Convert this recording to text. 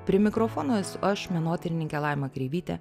prie mikrofono esu aš menotyrininkė laima kreivytė